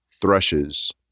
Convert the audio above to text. thrushes